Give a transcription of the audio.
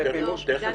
תכף תראי.